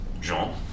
Jean